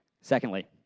Secondly